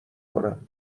کنم